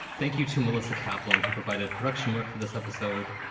thank you to melissa kaplan, who provided production work for this episode.